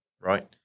right